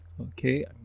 Okay